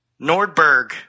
Nordberg